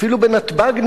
אפילו בנתב"ג,